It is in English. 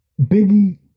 Biggie